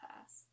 pass